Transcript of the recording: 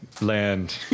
land